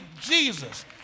Jesus